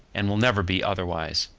and will never be otherwise.